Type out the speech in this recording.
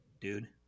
dude